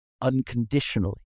unconditionally